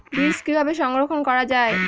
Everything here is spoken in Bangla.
বীজ কিভাবে সংরক্ষণ করা যায়?